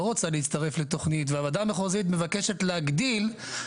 רוצה להצטרף לתוכנית והוועדה המחוזית מבקשת להגדיל,